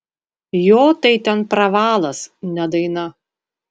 jo tai ten pravalas ne daina